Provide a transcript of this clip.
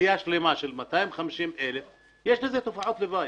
אוכלוסייה שלמה שמונה 250,000 אנשים ויש לזה תופעות לוואי.